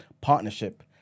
partnership